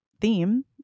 theme